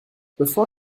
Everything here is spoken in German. bevor